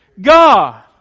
God